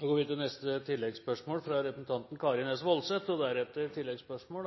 Karin S. Woldseth – til oppfølgingsspørsmål.